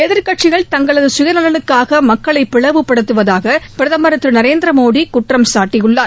எதிர்க்கட்சிகள் தங்களது சுயநலனுக்காக மக்களை பிளவுபடுத்துவதாக பிரதமர் திரு நரேந்திர மோடி குற்றம் சாட்டியுள்ளார்